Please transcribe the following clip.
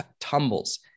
tumbles